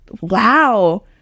wow